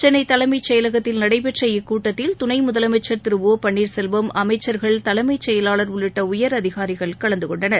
சென்னை தலைமைச் செயலகத்தில் நடைபெற்ற இக்கூட்டத்தில் துணை முதலமைச்ச் திரு ஒ பள்ளீர்செல்வம் அமைச்சா்கள் தலைமைச் செயலாளர் உள்ளிட்ட உயர் அதிகாரிகள் கலந்து கொண்டனர்